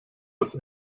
das